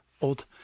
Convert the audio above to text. old